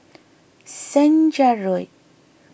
Senja Road